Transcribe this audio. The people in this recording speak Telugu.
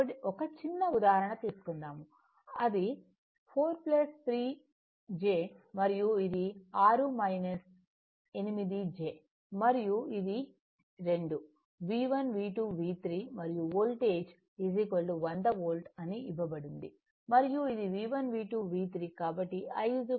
కాబట్టి ఒక చిన్న ఉదాహరణ తీసుకుందాము అది 4j3 మరియు ఇది 6 j 8 మరియు ఇది 2 V1 V2 V3 మరియు వోల్టేజ్ 100 వోల్ట్ అని ఇవ్వబడినది మరియు ఇది V1 V2 V3